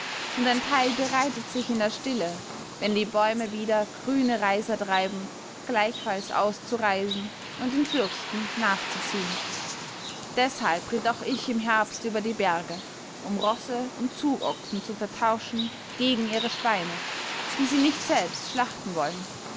und ein teil bereitet sich in der stille wenn die bäume wieder grüne reiser treiben gleichfalls auszureisen und den fürsten nachzuziehen deshalb ritt auch ich im herbst über die berge um rosse und zugochsen zu vertauschen gegen ihre schweine die sie nicht selbst schlachten wollen